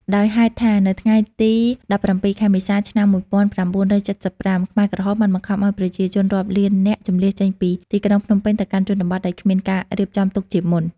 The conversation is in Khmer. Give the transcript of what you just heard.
ដោយហេតុថា នៅថ្ងៃទី ១៧ ខែមេសា ឆ្នាំ ១៩៧៥ ខ្មែរក្រហមបានបង្ខំឲ្យប្រជាជនរាប់លាននាក់ជម្លៀសចេញពីទីក្រុងភ្នំពេញទៅកាន់ជនបទដោយគ្មានការរៀបចំទុកជាមុន។